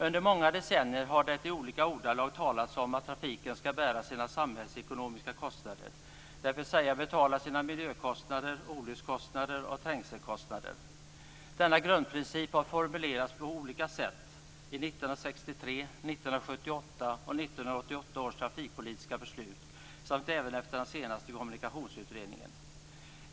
Under många decennier har det i olika ordalag talats om att trafiken skall bära sina samhällsekonomiska kostnader, dvs. betala sina miljökostnader, olyckskostnader och trängselkostnader. Denna grundprincip har formulerats på olika sätt i 1963, 1978 och 1988 års trafikpolitiska beslut, samt även efter den senaste kommunikationsutredningen.